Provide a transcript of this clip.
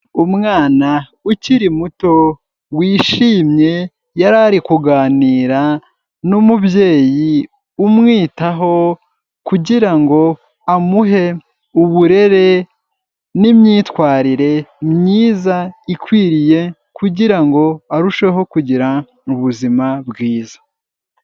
Umwana ukiri muto, wishimye, yari ari kuganira n'umubyeyi umwitaho, kugira ngo amuhe uburere n'imyitwarire myiza ikwiriye, kugira ngo arusheho kugira ubuzima bwiza.